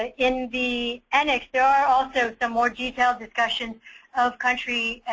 ah in the annex, there are also some more detail discussion of country and